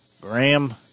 Graham